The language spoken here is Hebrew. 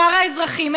ולשאר האזרחים,